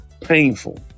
painful